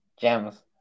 Jams